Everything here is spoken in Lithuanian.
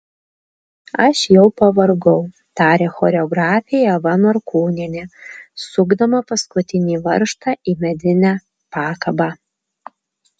aš jau pavargau tarė choreografė ieva norkūnienė sukdama paskutinį varžtą į medinę pakabą